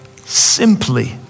simply